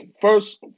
first